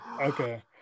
Okay